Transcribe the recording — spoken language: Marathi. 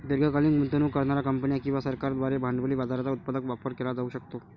दीर्घकालीन गुंतवणूक करणार्या कंपन्या किंवा सरकारांद्वारे भांडवली बाजाराचा उत्पादक वापर केला जाऊ शकतो